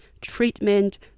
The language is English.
treatment